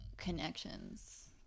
Connections